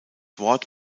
wort